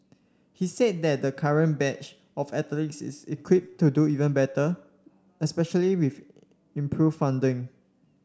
he said that the current batch of athletes is equipped to do even better especially with improved funding